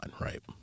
right